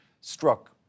struck